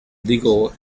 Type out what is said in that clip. legal